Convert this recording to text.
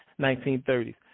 1930s